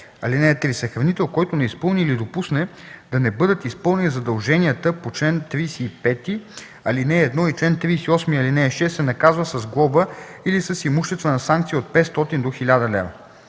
лв. (3) Съхранител, който не изпълни или допусне да не бъдат изпълнени задълженията по чл. 35, ал. 1 и чл. 38, ал. 6, се наказва с глоба или с имуществена санкция от 500 до 1000 лв.”